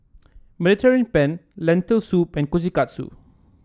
Mediterranean Penne Lentil Soup and Kushikatsu